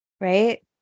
Right